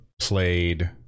played